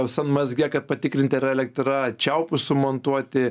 san mazge kad patikrinti ar elektrą ar čiaupus sumontuoti